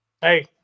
Hey